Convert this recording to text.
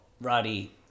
Roddy